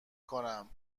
کنم